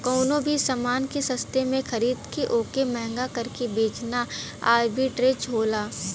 कउनो भी समान के सस्ते में खरीद के वोके महंगा करके बेचना आर्बिट्रेज होला